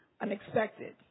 unexpected